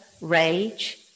rage